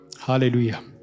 Hallelujah